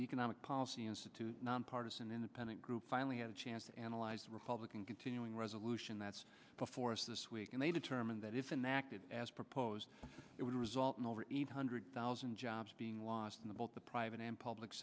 the economic policy institute nonpartisan independent group finally had a chance to analyze the republican continuing resolution that's before us this week and they determined that if an acted as proposed it would result in over eight hundred thousand jobs being lost in the both the private and public